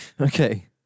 Okay